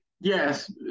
Yes